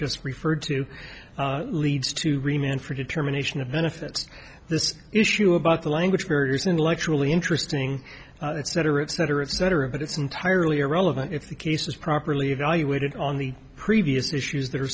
just referred to leads to remain for determination of benefits this issue about the language barrier is intellectually interesting cetera et cetera et cetera but it's entirely irrelevant if the case is properly evaluated on the previous issues th